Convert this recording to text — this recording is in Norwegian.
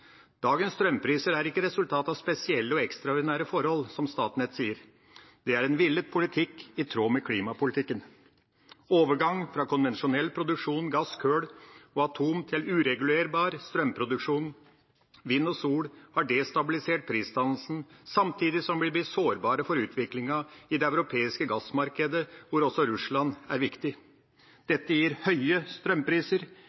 Dagens strømpriser er ikke resultatet av spesielle og ekstraordinære forhold, som Statnett sier. Det er en villet politikk i tråd med klimapolitikken. Overgang fra konvensjonell produksjon av gass, kull og atomkraft til uregulerbar strømproduksjon fra vind og sol har destabilisert prisdannelsen, samtidig som vi blir sårbare for utviklingen i det europeiske gassmarkedet, hvor også Russland er viktig.